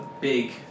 big